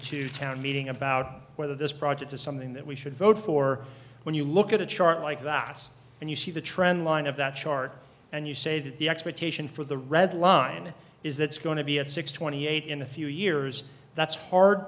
to town meeting about whether this project is something that we should vote for when you look at a chart like that and you see the trend line of that chart and you say that the expectation for the red line is that's going to be at six twenty eight in a few years that's hard